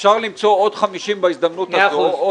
אפשר למצוא עוד 50 מיליון בהזדמנות הזו.